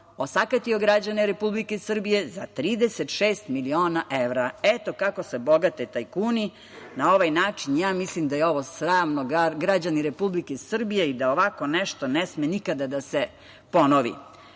osakatio građane Republike Srbije za 36 miliona evra. Eto, kako se bogate tajkuni, na ovaj način. Ja mislim da je ovo sramno, građani Republike Srbije i da ovako nešto ne sme nikada da se ponovi. Prama